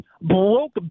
broke